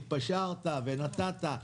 התפשרת ונתת,